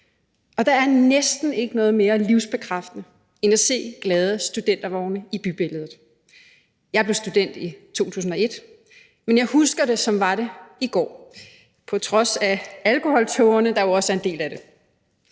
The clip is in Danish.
Der er næsten ikke noget mere livsbekræftende end at se glade studenter og studentervogne i bybilledet. Jeg blev student i 2001, men jeg husker det, som var det i går, på trods af alkoholtågerne, der jo også er en del af det.